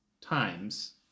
times